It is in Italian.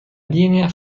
linea